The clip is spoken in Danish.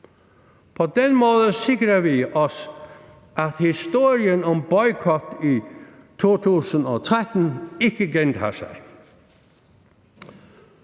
På den måde sikrer vi os, at historien om boykotten i 2013 ikke gentager sig.